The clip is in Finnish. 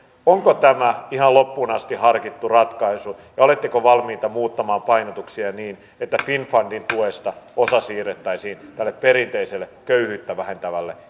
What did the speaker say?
onko tämä ihan loppuun asti harkittu ratkaisu ja oletteko valmiita muuttamaan painotuksia niin että finnfundin tuesta osa siirrettäisiin tälle perinteiselle köyhyyttä vähentävälle